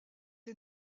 est